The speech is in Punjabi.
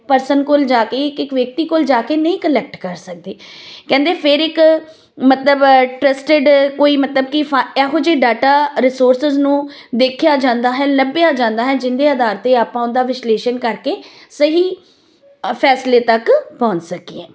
ਪਰਸਨ ਕੋਲ ਜਾ ਕੇ ਇੱਕ ਇੱਕ ਵਿਅਕਤੀ ਕੋਲ ਜਾ ਕੇ ਨਹੀਂ ਕਲੈਕਟ ਕਰ ਸਕਦੇ ਕਹਿੰਦੇ ਫਿਰ ਇੱਕ ਮਤਲਬ ਟਰਸਟਿਡ ਕੋਈ ਮਤਲਬ ਕਿਫਾ ਇਹੋ ਜਿਹੇ ਡਾਟਾ ਰਿਸੋਰਸਿਸ ਨੂੰ ਦੇਖਿਆ ਜਾਂਦਾ ਹੈ ਲੱਭਿਆ ਜਾਂਦਾ ਹੈ ਜਿਹਦੇ ਆਧਾਰ 'ਤੇ ਆਪਾਂ ਉਹਦਾ ਵਿਸ਼ਲੇਸ਼ਣ ਕਰਕੇ ਸਹੀ ਫੈਸਲੇ ਤੱਕ ਪਹੁੰਚ ਸਕੀਏ